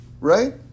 right